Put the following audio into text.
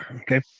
Okay